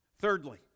Thirdly